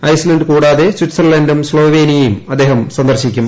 Iceland കൂടാതെ സ്വിറ്റ്സർലൻഡും സ്ളോവേനിയയും അദ്ദേഹം സന്ദർശിക്കും